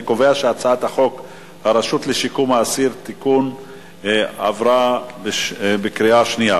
אני קובע שהצעת חוק הרשות לשיקום האסיר (תיקון) עברה בקריאה שנייה.